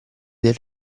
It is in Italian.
del